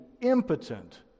impotent